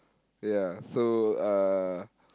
ya so uh